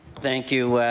thank you,